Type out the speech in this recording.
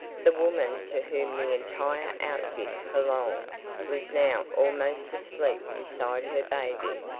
the woman to whom the entire outfit belonged was now almost asleep beside her baby,